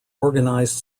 organised